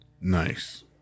Nice